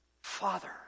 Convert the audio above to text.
Father